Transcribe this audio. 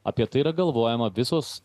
apie tai yra galvojama visos